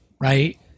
right